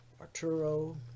Arturo